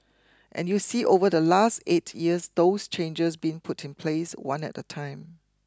and you see over the last eight years those changes being put in place one at a time